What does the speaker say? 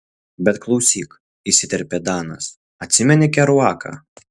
bet klausyk įsiterpė danas atsimeni keruaką